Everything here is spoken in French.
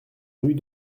rue